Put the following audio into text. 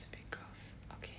it's a bit gross okay